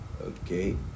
okay